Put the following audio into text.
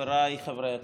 חבריי חברי הכנסת,